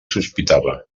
sospitava